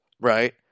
right